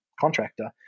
contractor